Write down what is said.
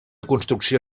construcció